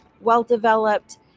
well-developed